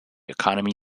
economy